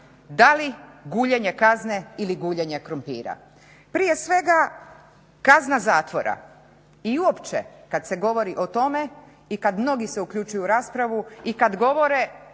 da li guljenje kazne ili guljenje krumpira? Prije svega kazna zatvora i uopće kad se govori o tome i kad mnogi se uključuju u raspravu i kad govore,